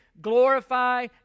glorify